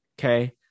Okay